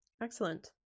Excellent